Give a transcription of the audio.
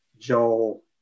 Joel